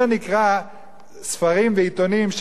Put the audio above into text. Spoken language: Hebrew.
זה נקרא ספרים ועיתונים,